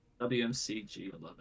WMCG11